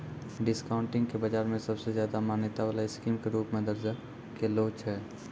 discounting के बाजार मे सबसे ज्यादा मान्यता वाला स्कीम के रूप मे दर्ज कैलो छै